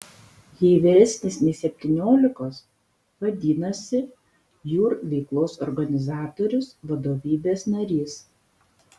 jei vyresnis nei septyniolikos vadinasi jūr veiklos organizatorius vadovybės narys